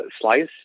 slice